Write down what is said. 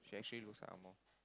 she actually looks Ang Mo